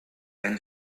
and